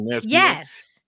yes